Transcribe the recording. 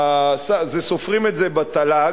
סופרים את זה בתל"ג,